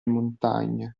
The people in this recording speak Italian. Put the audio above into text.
montaigne